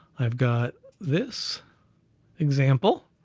i've got this example,